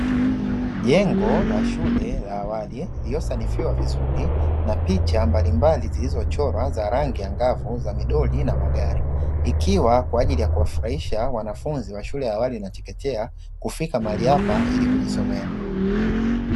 Jengo la shule ya awali lililosanifiwa vizuri na picha mbalimbali zilizochorwa za rangi angavu za midoli na magari, ikiwa kwa ajili ya kuwafurahisha wanafunzi wa shule ya awali na chekechea kufika mahali hapa ili kujisomea.